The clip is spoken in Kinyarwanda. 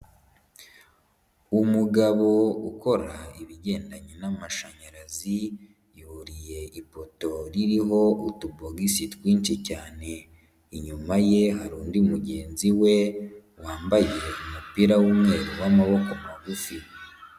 Umugabo ukora ibigendanye n'amashanyarazi yuriye ipoto ririho utubogisi twinshi cyane, inyuma ye hari undi mugenzi we wambaye umupira w'umweru w'amaboko magufi.